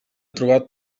trobat